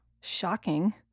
Shocking